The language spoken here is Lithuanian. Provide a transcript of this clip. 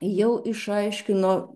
jau išaiškino